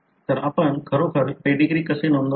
तर आपण खरोखर पेडीग्री कसे नोंदवता